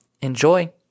Enjoy